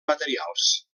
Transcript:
materials